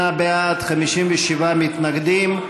58 בעד, 57 מתנגדים.